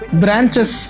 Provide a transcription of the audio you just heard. branches